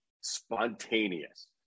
spontaneous